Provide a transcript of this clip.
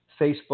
Facebook